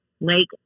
Lake